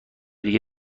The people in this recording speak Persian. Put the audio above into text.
دیگه